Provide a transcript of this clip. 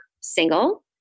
single